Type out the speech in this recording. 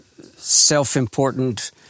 self-important